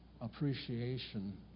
appreciation